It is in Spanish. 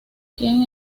quien